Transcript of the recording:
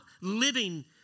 living